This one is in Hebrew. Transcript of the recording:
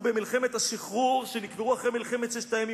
במלחמת השחרור ונקברו אחרי מלחמת ששת הימים,